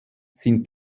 sind